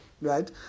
right